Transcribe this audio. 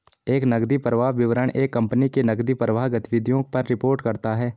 एक नकदी प्रवाह विवरण एक कंपनी की नकदी प्रवाह गतिविधियों पर रिपोर्ट करता हैं